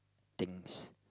things